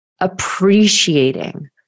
appreciating